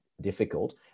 difficult